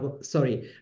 sorry